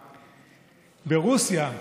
ברוסיה,